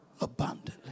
abundantly